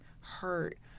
hurt